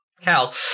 Cal